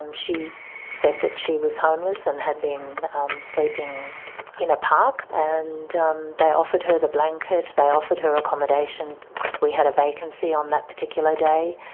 um she said that she was homeless and had been sleeping in a park, and um they offered her the blanket, they offered her accommodation because we had a vacancy on that particular day.